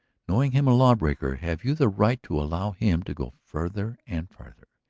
knowing him a lawbreaker, have you the right to allow him to go farther and farther,